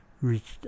reached